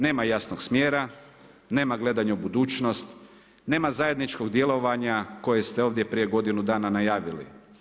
Nema jasnog smjera, nema gledanja u budućnost, nema zajedničkog djelovanja koje ste ovdje prije godinu dana najavili.